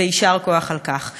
ויישר כוח על כך.